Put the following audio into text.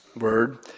word